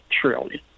trillion